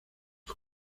los